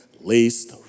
least